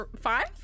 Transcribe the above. five